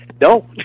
No